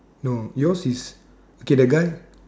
no yours is okay the guy